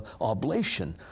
oblation